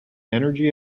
energy